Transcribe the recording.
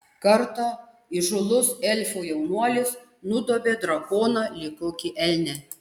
kartą įžūlus elfų jaunuolis nudobė drakoną lyg kokį elnią